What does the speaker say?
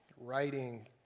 writing